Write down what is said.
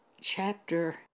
chapter